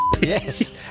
Yes